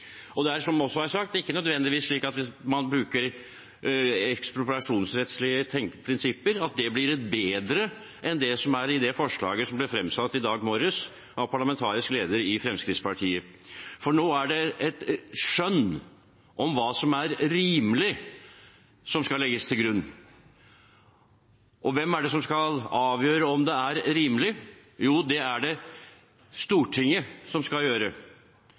Det er, som det også er sagt, ikke nødvendigvis slik at hvis man bruker ekspropriasjonsrettslige prinsipper, blir det bedre enn det som er i forslaget som ble fremsatt i dag morges av parlamentarisk leder i Fremskrittspartiet, for nå er det et skjønn om hva som er rimelig, som skal legges til grunn. Og hvem er det som skal avgjøre om det er rimelig? Jo, det er det Stortinget som skal gjøre.